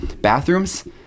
Bathrooms